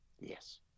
Yes